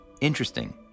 Interesting